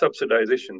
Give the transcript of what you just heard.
subsidization